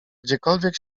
gdziekolwiek